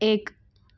એક